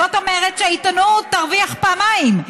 זאת אומרת שהעיתונות תרוויח פעמיים,